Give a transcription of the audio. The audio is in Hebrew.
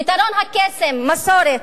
פתרון הקסם, מסורת.